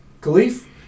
Khalif